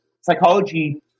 psychology